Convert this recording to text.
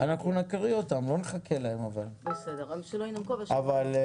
נעשה כאן דיון עם משרד התחבורה,